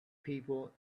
people